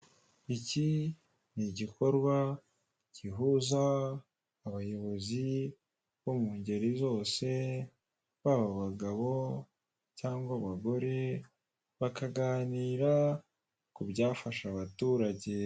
Iki ni igikorwa gihuza abayobozi bo mu ngeri zose baba abagabo cyangwa abagore bakaganira ku byafasha abaturage.